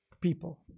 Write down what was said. people